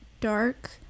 dark